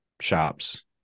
shops